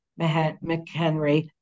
McHenry